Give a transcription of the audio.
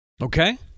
okay